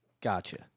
Gotcha